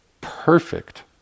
Perfect